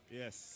yes